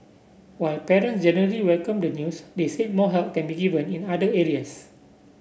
while parents generally welcomed the news they said more help can be given in other areas